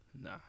nah